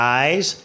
eyes